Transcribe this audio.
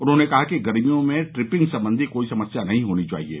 उन्होंने कहा कि गर्मियों में ट्रिपिंग संबंधी कोई समस्या नहीं होनी चाहिये